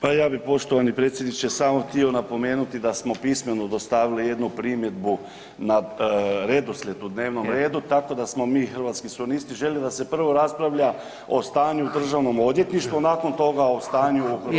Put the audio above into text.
Pa ja bi poštovani predsjedniče samo htio napomenuti da smo pismeno dostavili jednu primjedbu na redoslijed u dnevnom redu tako da smo mi Hrvatski suverenisti željeli da se prvo raspravlja o stanju u državnom odvjetništvu, nakon toga o stanju u